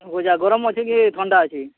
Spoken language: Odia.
ଗଜା ଗରମ୍ ଅଛେ କି ଥଣ୍ଡା ଅଛେ